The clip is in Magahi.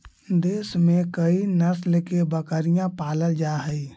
देश में कई नस्ल की बकरियाँ पालल जा हई